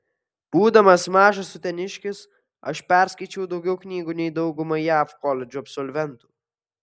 būdamas mažas uteniškis aš perskaičiau daugiau knygų nei dauguma jav koledžų absolventų